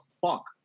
fuck